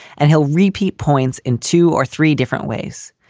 and he'll repeat points in two or three different ways.